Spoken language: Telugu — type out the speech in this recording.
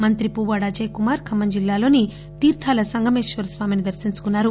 మంత్రి పువ్వాడ అజయ్ కుమార్ ఖమ్మం జిల్లాలోని తీర్లాల సంగమేశ్వరస్వామిని దర్శించుకున్నారు